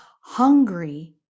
hungry